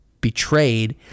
betrayed